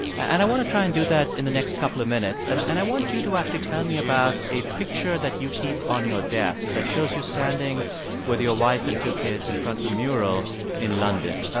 and i want to try and do that in the next couple of minutes. and and i want you to actually tell me about a picture that you keep on your desk that shows you standing with your wife and two kids in front of a mural in london.